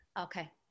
Okay